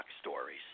stories